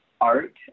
art